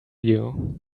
you